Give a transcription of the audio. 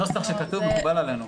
הנוסח שכתוב מקובל עלינו.